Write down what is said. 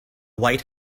white